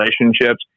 relationships